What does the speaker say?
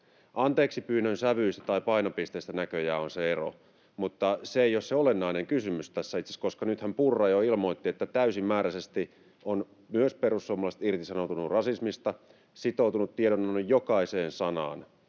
Anteeksipyynnön sävyissä tai painopisteissä näköjään on se ero, mutta se ei ole se olennainen kysymys tässä itse asiassa, koska nythän Purra jo ilmoitti, että täysimääräisesti ovat myös perussuomalaiset irtisanoutuneet rasismista ja sitoutuneet tiedonannon jokaiseen sanaan.